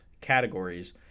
categories